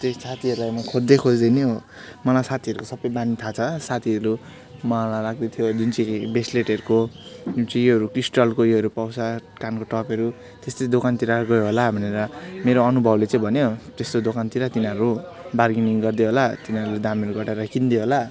अनि त्यो साथीहरूलाई मो खोज्दै खोज्दै हिँड्यो मलाई साथीहरूको सबै बानी थाहा छ साथीहरू मलाई लाग्दै थियो जुन चाहिँ ब्रेस्लेटहरूको जुन चाहिँ यो क्रिस्टलको ऊ योहरू पाउँछ कानको टपहरू त्यस्तै दोकानतिर गयो होला भनेर मेरो अनुभवले चाहिँ भन्यो त्यस्तो दोकानतिर तिनीहरू बार्गेनिङ गर्दै होला तिनीहरूले दामहरू घटाएर किन्दै होला